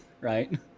Right